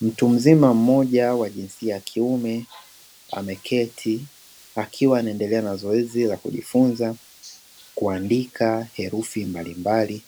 Mtu mzima mmoja wa jinsia ya kiume, ameketi akiwa anaendelea na zoezi la kujifunza, kuandika herufi mbalimbali